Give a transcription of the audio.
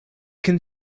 can